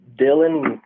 Dylan